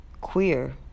Queer